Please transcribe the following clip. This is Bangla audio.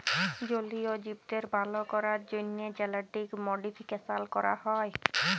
জলীয় জীবদের ভাল ক্যরার জ্যনহে জেলেটিক মডিফিকেশাল ক্যরা হয়